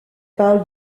parle